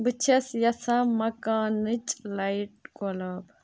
بہٕ چھَس یژھان مکانٕچ لایٹ گۄلاب